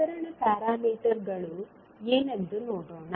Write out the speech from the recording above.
ಪ್ರಸರಣ ಪ್ಯಾರಾಮೀಟರ್ಗಳು ಏನೆಂದು ನೋಡೋಣ